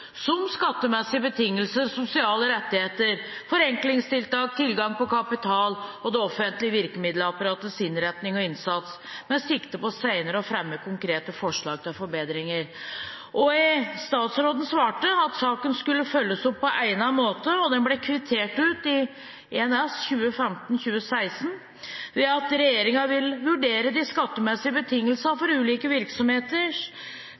som skattemessige betingelser, sosiale rettigheter, forenklingstiltak, tilgang på kapital og det offentlige virkemiddelapparatets innretning og innsats, med sikte på å senere fremme konkrete forslag til forbedringer». Statsråden svarte at saken skulle følges opp på egnet måte, og den ble kvittert ut i Prop. 1 S for 2015–2016: «Regjeringen vil vurdere de skattemessige betingelsene